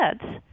kids